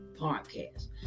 podcast